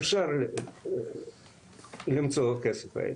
אפשר למצוא את הכסף הזה,